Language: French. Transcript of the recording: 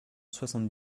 soixante